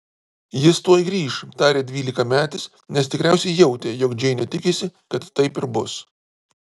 jis tuoj grįš tarė dvylikametis nes tikriausiai jautė jog džeinė tikisi kad taip ir bus